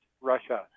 Russia